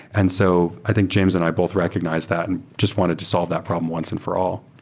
and so i think james and i both recognize that and just wanted to solve that problem once and for all.